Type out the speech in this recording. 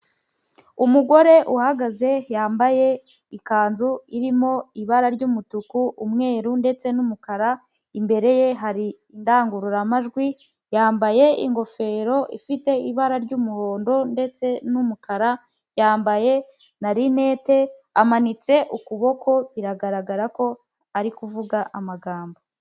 Umugore uhagaze yambaye ikanzu irimo ibara ry'umutuku umweru ndetse n'umukara, imbere ye hari indangururamajwi, yambaye ingofero ifite ibara ry'umuhondo ndetse n'umukara yambaye na rinete amanitse ukuboko biragaragara ko ari kuvuga amagambo.